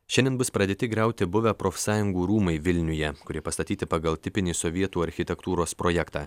šiandien bus pradėti griauti buvę profsąjungų rūmai vilniuje kurie pastatyti pagal tipinį sovietų architektūros projektą